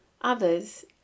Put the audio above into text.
Others